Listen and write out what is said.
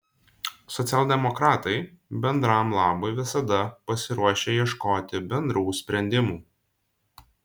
socialdemokratai bendram labui visada pasiruošę ieškoti bendrų sprendimų